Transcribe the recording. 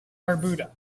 barbuda